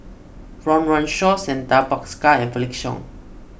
Run Run Shaw Santha Bhaskar and Felix Cheong